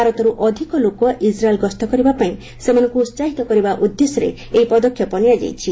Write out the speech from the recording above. ଭାରତରୁ ଅଧିକ ଲୋକ ଇସ୍ରାଏଲ୍ ଗସ୍ତ କରିବା ପାଇଁ ସେମାନଙ୍କୁ ଉତ୍ସାହିତ କରିବା ଉଦ୍ଦେଶ୍ୟରେ ଏହି ପଦକ୍ଷେପ ନିଆଯାଇଛି